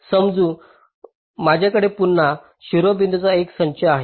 समजू माझ्या कडे पुन्हा शिरोबिंदूचा संच आहे